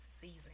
season